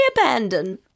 abandon